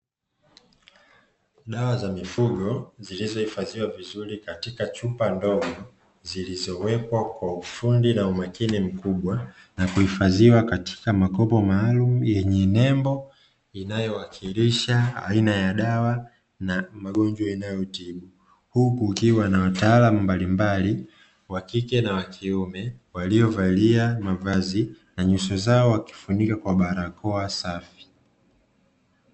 Dawa za midugo zilizohifashiwa vizuri katika chupa ndogo zilizowekwa kwa ufundi na umakini mkubwa na kuwekwa kwenye makopo maalumu yenye nembo inayowakilisha jina la dawa na magonjwa inayotibu huku kukiwa na wataalamu wa kike na wakiume waliovalia mavazi na barakoa wakifunika nyuso zao.